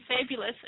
fabulous